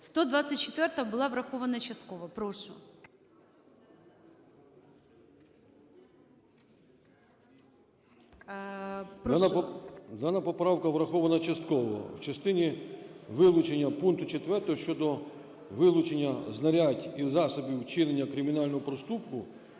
124-а була врахована частково. Прошу. 13:34:21 ПАЛАМАРЧУК М.П. Дана поправка врахована частково. В частині вилучення пункту 4 щодо вилучення знарядь і засобів вчинення кримінального проступку,